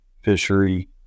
fishery